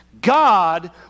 God